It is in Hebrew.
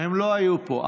הם לא היו פה.